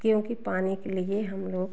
क्योंकि पानी के लिए हम लोग